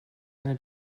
eine